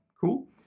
Cool